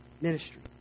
ministry